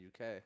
UK